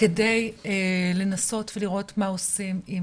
כדי לנסות לראות מה עושים,